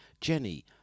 jenny